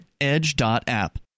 edge.app